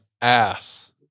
ass